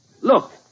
Look